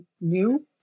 new